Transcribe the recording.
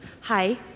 Hi